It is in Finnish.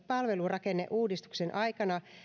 palvelurakenneuudistuksen aikana